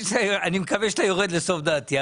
מקווה שאתה יורד לסוף דעתי,